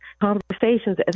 conversations